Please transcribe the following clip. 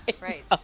right